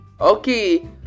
okay